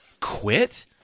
Quit